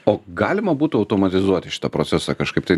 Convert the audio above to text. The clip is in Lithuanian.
o galima būtų automatizuoti šitą procesą kažkaip tai